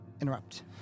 interrupt